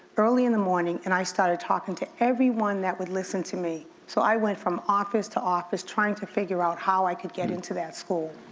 early in the morning and i started talking to everyone that would listen to me. so i went from office to office, trying to figure out how i could get into that school